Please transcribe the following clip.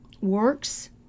works